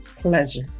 pleasure